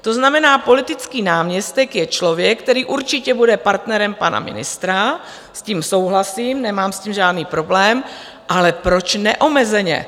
To znamená, politický náměstek je člověk, který určitě bude partnerem pana ministra, s tím souhlasím, nemám s tím žádný problém, ale proč neomezeně?